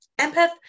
empath